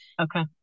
okay